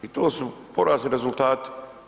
I to su porazni rezultati.